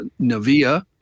Navia